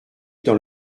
dans